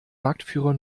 marktführer